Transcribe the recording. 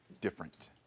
different